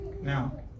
Now